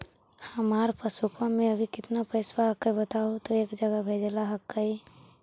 हमार पासबुकवा में अभी कितना पैसावा हक्काई बताहु तो एक जगह भेजेला हक्कई?